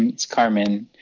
and it's carmen.